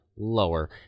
lower